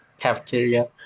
cafeteria